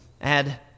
add